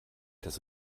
das